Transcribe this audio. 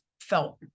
felt